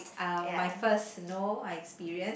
uh my first snow I experience